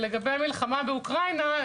לגבי המלחמה באוקראינה,